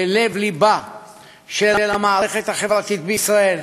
בלב-לבה של המערכת החברתית בישראל,